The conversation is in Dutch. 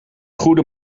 goede